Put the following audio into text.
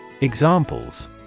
Examples